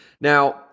Now